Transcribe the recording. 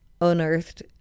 unearthed